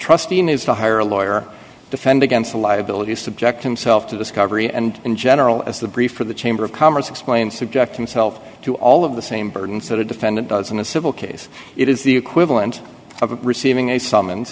trustee is to hire a lawyer to defend against the liabilities subject himself to discovery and in general as the brief for the chamber of commerce explained subject himself to all of the same burdens that a defendant does in a civil case it is the equivalent of receiving a summons